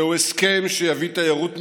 זהו הסכם שיביא תיירות משגשגת,